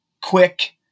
quick